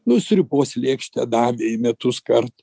nu sriubos lėkštę davė į metus kart